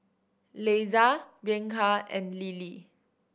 Leisa Bianca and Lilly